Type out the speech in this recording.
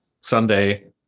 Sunday